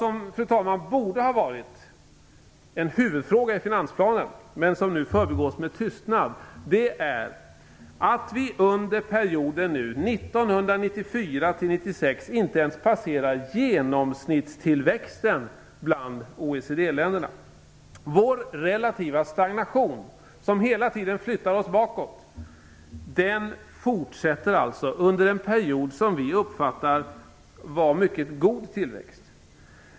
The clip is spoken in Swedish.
Vad som borde ha varit en huvudfråga i finansplanen, men som nu förbigås med tystnad, är att vi under perioden 1994-1996 inte ens passerar genomsnittstillväxten bland OECD-länderna. Vår relativa stagnation som hela tiden flyttar oss bakåt fortsätter alltså under en period då vi uppfattar att det är en mycket god tillväxt.